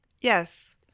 Yes